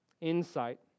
insight